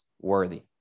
worthy